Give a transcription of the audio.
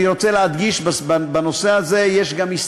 אני רוצה להדגיש שיש בנושא הזה הסתייגות